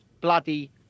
bloody